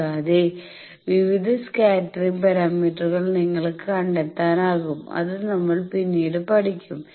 കൂടാതെ വിവിധ സ്കാറ്ററിംഗ് പാരാമീറ്ററുകൾ നിങ്ങൾക്ക് കണ്ടെത്താനാകും അത് നമ്മൾ പിന്നീട് പഠിക്കും